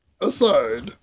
aside